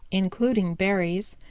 including berries,